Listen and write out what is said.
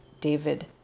David